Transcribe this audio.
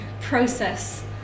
process